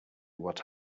what